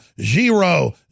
zero